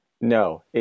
No